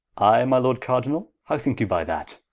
i my lord cardinall, how thinke you by that?